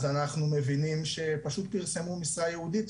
אז אנחנו מבינים שפשוט פרסמו משרה ייעודית,